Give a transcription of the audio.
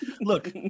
Look